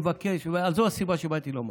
וזו הסיבה שבאתי לומר,